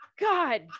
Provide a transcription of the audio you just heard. God